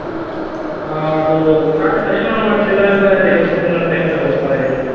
ಹಾಂ ಅದು ಖಾತೆ ತಕ್ಷಣ ಮಾಡ್ತೀರಾ ಇಲ್ಲ ಏನು ಎರಡು ಮೂರು ದಿನ ಟೈಮ್ ತಗೊಳುತ್ತಾ ಹೆಂಗೆ